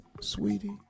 sweetie